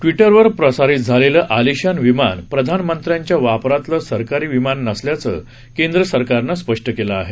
ट्विटरवर प्रसारित झालेलं आलिशान विमान प्रधानमंत्र्यांच्या वापरातलं सरकारी विमान नसल्याचं केंद्र सरकारनं स्पष्ट केलं आहे